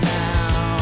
now